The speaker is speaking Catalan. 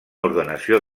ordenació